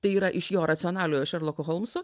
tau yra iš jo racionaliojo šerloko holmso